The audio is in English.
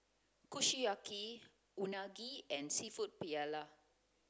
Kushiyaki Unagi and Seafood Paella